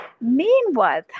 meanwhile